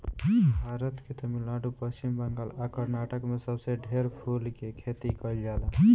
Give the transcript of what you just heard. भारत के तमिलनाडु, पश्चिम बंगाल आ कर्नाटक में सबसे ढेर फूल के खेती कईल जाला